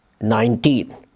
nineteen